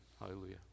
Hallelujah